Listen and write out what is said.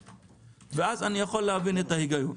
ואז אני יכול להבין את ההיגיון.